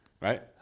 right